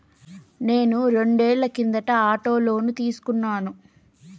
నేను రెండేళ్ల కిందట ఆటో లోను తీసుకున్నాను